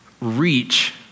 reach